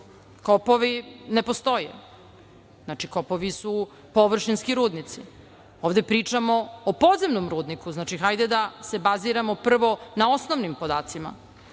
Kopovi ne postoje. Znači, kopovi su površinski rudnici. Ovde pričamo o podzemnom rudniku. Znači, hajde da se baziramo prvo na osnovnim podacima.